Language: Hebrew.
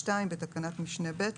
בתקנת משנה (ב),